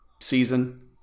season